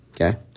Okay